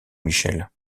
michel